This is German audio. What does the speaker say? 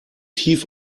tief